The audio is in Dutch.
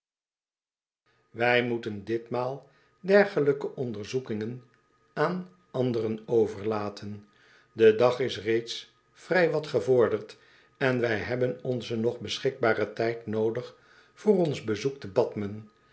wij moeten ditmaal dergelijke onderzoekingen aan anderen overlaten de dag is reeds vrij wat gevorderd en wij hebben onzen nog beschikbaren tijd noodig voor ons bezoek te